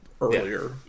earlier